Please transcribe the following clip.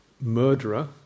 murderer